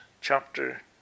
chapter